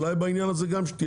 אולי בעניין הזה גם שתהיה שקיפות.